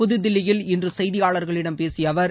புதுதில்லியில் இன்று செய்தியாளர்களிடம் பேசிய அவர்